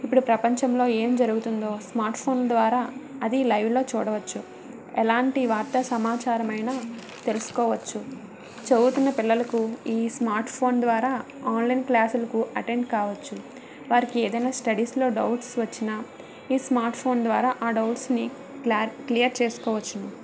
ఇప్పుడు ప్రపంచంలో ఏం జరుగుతుందో స్మార్ట్ఫోన్ ద్వారా అది లైవ్లో చూడవచ్చు ఎలాంటి వార్తా సమాచారమైనా తెలుసుకోవచ్చు చదువుతున్న పిల్లలకు ఈ స్మార్ట్ఫోన్ ద్వారా ఆన్లైన్ క్లాసులకు అటెండ్ కావచ్చు వారికి ఏదైనా స్టడీస్లో డౌట్స్ వచ్చినా ఈ స్మార్ట్ఫోన్ ద్వారా ఆ డౌట్స్ని క్లా క్లియర్ చేసుకోవచ్చును